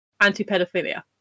anti-pedophilia